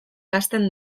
hasten